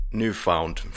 newfound